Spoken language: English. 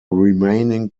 remaining